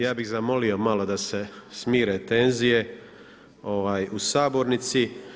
Ja bih zamolio malo da se smire tenzije u Sabornici.